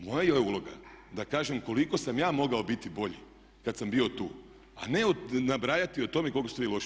Moja je uloga da kažem koliko sam ja mogao biti bolji kada sam bio tu a ne nabrajati o tome koliko ste vi loši.